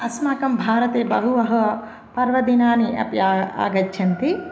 अस्माकं भारते बहूनि पर्वदिनानि अपि आगच्छन्ति